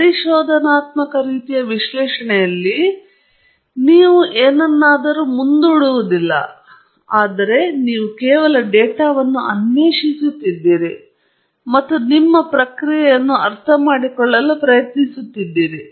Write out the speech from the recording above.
ಪರಿಶೋಧನಾತ್ಮಕ ರೀತಿಯ ವಿಶ್ಲೇಷಣೆಯಲ್ಲಿ ನೀವು ಏನನ್ನಾದರೂ ಮುಂದೂಡುವುದಿಲ್ಲ ಆದರೆ ನೀವು ಕೇವಲ ಡೇಟಾವನ್ನು ಅನ್ವೇಷಿಸುತ್ತಿದ್ದೀರಿ ಮತ್ತು ನಿಮ್ಮ ಪ್ರಕ್ರಿಯೆಯನ್ನು ಅರ್ಥಮಾಡಿಕೊಳ್ಳಲು ಪ್ರಯತ್ನಿಸುತ್ತಿದ್ದೀರಿ